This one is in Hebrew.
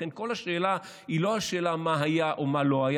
לכן כל השאלה היא לא השאלה מה היה או מה לא היה.